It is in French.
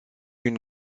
une